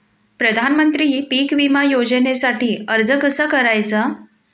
प्रधानमंत्री पीक विमा योजनेसाठी अर्ज कसा करायचा?